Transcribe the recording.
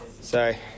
Sorry